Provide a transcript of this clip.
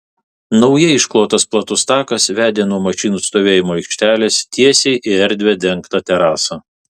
naujai išklotas platus takas vedė nuo mašinų stovėjimo aikštelės tiesiai į erdvią dengtą terasą